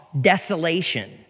desolation